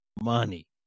money